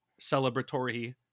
celebratory